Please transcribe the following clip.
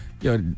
yo